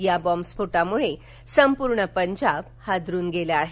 या बॉम्बस्फोटामुळे संपूर्ण पंजाब हादरून गेलं आहे